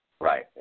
Right